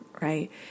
right